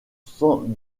san